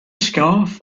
scarf